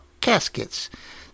caskets